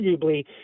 arguably